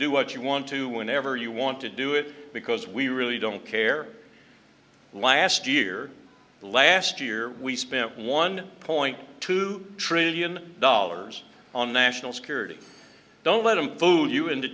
do what you want to whenever you want to do it because we really don't care last year last year we spent one point two trillion dollars on national security don't let them food you into